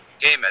Gaiman